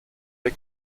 der